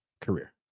career